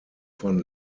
von